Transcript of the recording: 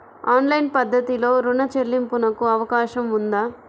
Online పద్ధతిలో రుణ చెల్లింపునకు అవకాశం ఉందా?